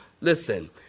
Listen